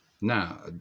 Now